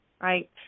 right